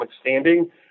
standing